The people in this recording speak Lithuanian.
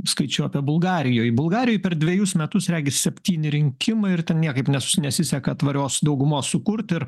skaičiuota bulgarijoj bulgarijoj per dvejus metus regis septyni rinkimai ir ten niekaip nes nesiseka tvarios daugumos sukurt ir